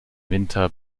winter